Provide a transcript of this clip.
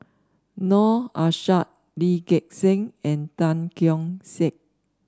Noor Aishah Lee Gek Seng and Tan Keong Saik